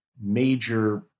major